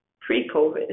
pre-COVID